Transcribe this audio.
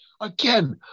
again